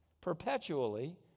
perpetually